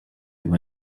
you